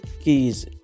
keys